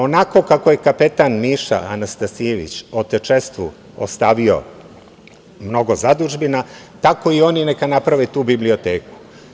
Onako kako je kapetan Miša Anastasijević otečestvu ostavio mnogo zadužbina, tako i oni neka naprave tu biblioteku.